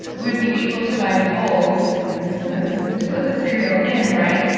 we would be able to buy bowls and spoons to put the cereal in, right?